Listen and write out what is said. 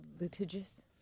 Litigious